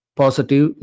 positive